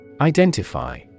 Identify